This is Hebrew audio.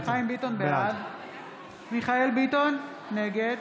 בעד מיכאל מרדכי ביטון, נגד